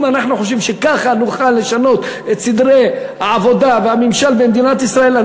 אם אנחנו חושבים שככה נוכל לשנות את סדרי העבודה והממשל במדינת ישראל,